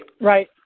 Right